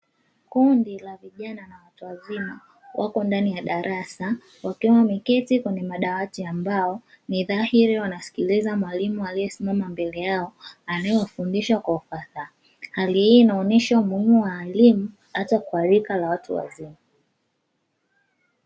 Kundi la vijana na watu wazima wako ndani ya darasa wakiwa wameketi kwenye madawati ya mbao, ni dhahiri wanasikiliza mwalimu aliyesimama mbele yao aliyewafundisha kwa ufasaha. Hali hii inaonyesha umuhimu wa elimu hata kwa rika la watu wazima.